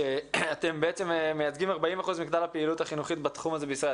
שאתם מייצגים 40% מכלל הפעילות החינוכית בתחום הזה בישראל.